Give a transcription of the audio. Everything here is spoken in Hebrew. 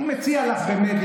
אני מציע לך באמת,